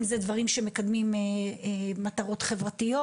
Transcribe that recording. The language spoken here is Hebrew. אם אלו דברים שמקדמים מטרות חברתיות,